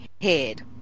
head